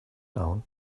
down